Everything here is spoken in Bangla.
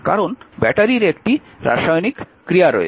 কারণ ব্যাটারির একটি রাসায়নিক ক্রিয়া রয়েছে